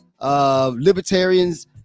Libertarians